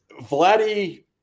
Vladdy